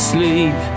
Sleep